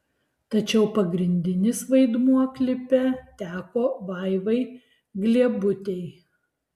tačiau pagrindinis vaidmuo klipe teko vaivai gliebutei